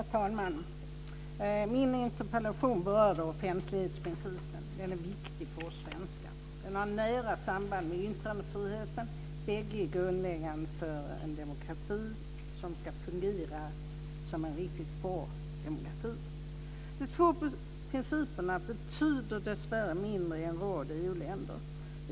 Herr talman! Min interpellation berörde offentlighetsprincipen. Den är viktig för oss svenskar. Den har nära samband med yttrandefriheten. Bägge är grundläggande för att en demokrati ska fungera riktigt bra. Dessa två principer betyder dessvärre mindre i en rad EU-länder.